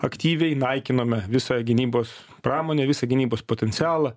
aktyviai naikinome visą gynybos pramonę visą gynybos potencialą